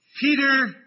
Peter